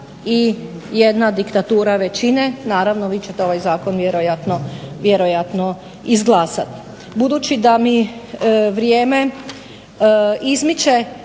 i jedna diktatura većine. Naravno vi ćete ovaj zakon vjerojatno izglasati. Budući da mi vrijeme izmiče